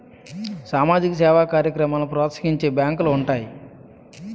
సామాజిక సేవా కార్యక్రమాలను ప్రోత్సహించే బ్యాంకులు ఉంటాయి